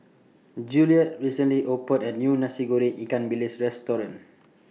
Juliet recently opened A New Nasi Goreng Ikan Bilis Restaurant